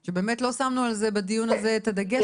שבאמת לא שמנו על זה בדיון הזה את הדגש אבל את בהחלט צודקת.